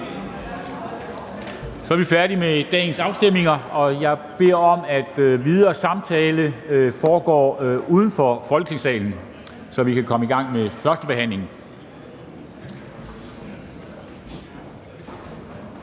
Så er vi færdige med dagens afstemninger. Jeg beder om, at videre samtale foregår uden for Folketingssalen, så vi kan komme i gang med førstebehandlingen.